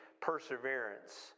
perseverance